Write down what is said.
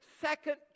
second